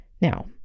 Now